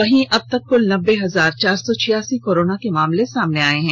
वहीं अब तक कुल नब्बे हजार चार सौ छियासी कोरोना के मामले सामने आए हैं